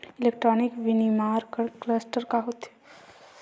Electronic विनीर्माण cluster योजना का होथे?